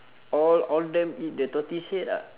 all all of them eat the tortoise head ah